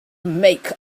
make